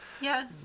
Yes